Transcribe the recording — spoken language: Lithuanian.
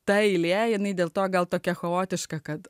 ta eilė jinai dėl to gal tokia chaotiška kad